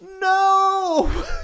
No